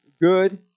good